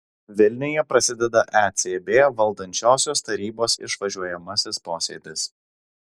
vilniuje prasideda ecb valdančiosios tarybos išvažiuojamasis posėdis